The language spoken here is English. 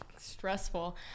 stressful